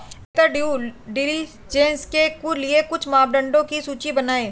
बेहतर due diligence के लिए कुछ मापदंडों की सूची बनाएं?